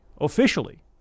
officially